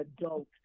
adult